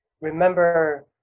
remember